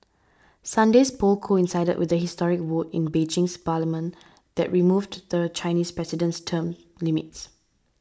Sunday's polls coincided with the historic vote in Beijing's parliament that removed the Chinese president's term limits